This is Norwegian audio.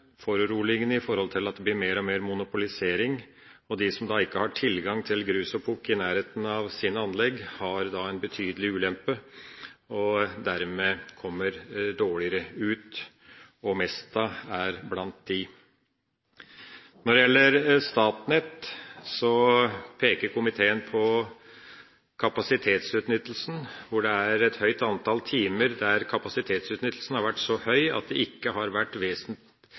at det blir mer og mer monopolisering. De som ikke har tilgang til grus og pukk i nærheten av sine anlegg, har da en betydelig ulempe og kommer dermed dårligere ut, og Mesta er blant dem. Når det gjelder Statnett, peker komiteen på at det har vært et økt antall timer der kapasitetsutnyttelsen har vært så høy at det ikke har vært